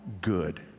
good